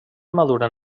maduren